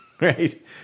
right